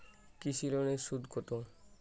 কৃষি লোনের সুদ কত?